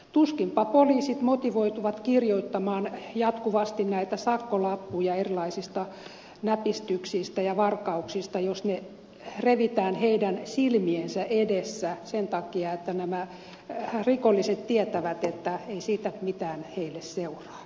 tuskinpa poliisit motivoituvat kirjoittamaan jatkuvasti näitä sakkolappuja erilaisista näpistyksistä ja varkauksista jos ne revitään heidän silmiensä edessä sen takia että nämä rikolliset tietävät että ei siitä mitään heille seuraa